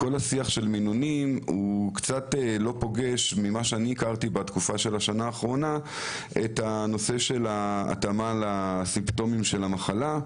כל השיח של המינונים לא פוגש את הנושא של התאמה לסימפטומים של המחלה,